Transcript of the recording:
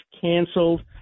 canceled